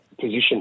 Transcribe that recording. position